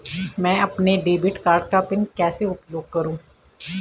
मैं अपने debit card का पिन कैसे उपयोग करूँ?